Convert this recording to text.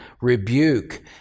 rebuke